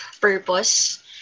purpose